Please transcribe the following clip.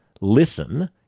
listen